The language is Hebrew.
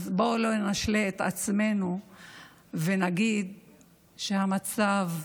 אז בואו לא נשלה את עצמנו ונגיד שהמצב טוב.